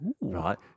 Right